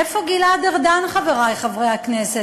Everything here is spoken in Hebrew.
איפה גלעד ארדן, חברי חברי הכנסת?